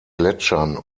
gletschern